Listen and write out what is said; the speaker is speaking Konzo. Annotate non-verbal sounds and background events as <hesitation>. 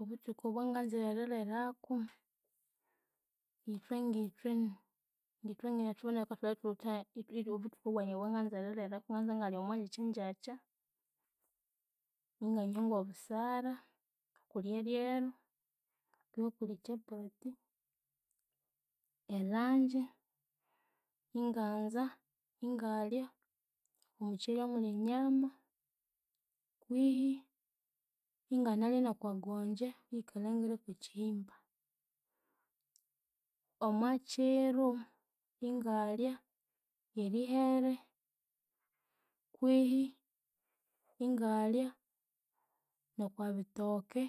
Obuthuku bwanganza erilhiraku, ithwe ngithwe ngeya <hesitation> obuthuku bwayi obwanganza eririrako. Nganza ingalya omwangyakya ngyakya, inganywa ngobusara okuli eryeru kwihi okuli ekyapati, elunch inganza ingalya omukyeri omulye enyama kwihi inganalya nokwagongya, eyikalhangire kwekyihimba. Omwakyiru ingalya erihere kwihi ingalya nokwabitooke